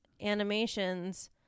animations